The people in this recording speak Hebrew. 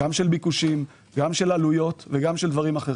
המוטיבציה לקנות אותה תפחת כשלא יהיו בה